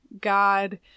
God